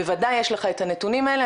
בוודאי יש לך את הנתונים האלה,